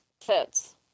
fits